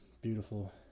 beautiful